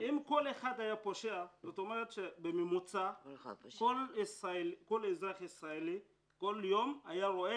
כל אחד היה פושע זאת אומרת שבממוצע כל אזרח ישראלי היה רואה